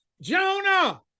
jonah